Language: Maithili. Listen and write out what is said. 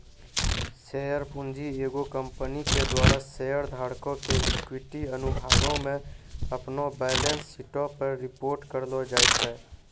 शेयर पूंजी एगो कंपनी के द्वारा शेयर धारको के इक्विटी अनुभागो मे अपनो बैलेंस शीटो पे रिपोर्ट करलो जाय छै